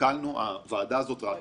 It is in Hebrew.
התוצאות שלנו מדברות בעד עצמן.